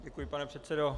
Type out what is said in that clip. Děkuji, pane předsedo.